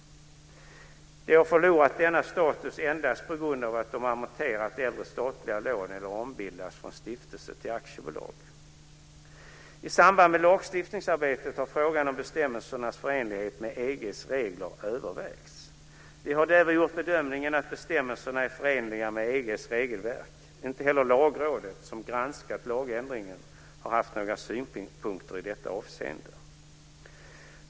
De har förlorat denna status endast på grund av att de har amorterat äldre statliga lån eller ombildats från stiftelse till aktiebolag. I samband med lagstiftningsarbetet har frågan om bestämmelsernas förenlighet med EG:s regler övervägts. Vi har därvid gjort bedömningen att bestämmelserna är förenliga med EG:s regelverk. Inte heller Lagrådet, som granskat lagändringen, har haft några synpunkter i detta avseende.